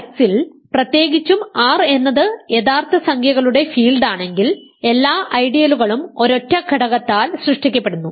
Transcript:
Rx ൽ പ്രത്യേകിച്ചും R എന്നത് യഥാർത്ഥ സംഖ്യകളുടെ ഫീൽഡാണെങ്കിൽ എല്ലാ ഐഡിയലുകളും ഒരൊറ്റ ഘടകത്താൽ സൃഷ്ടിക്കപ്പെടുന്നു